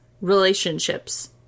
relationships